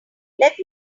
let